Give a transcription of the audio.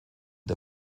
der